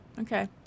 Okay